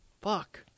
Fuck